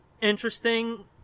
interesting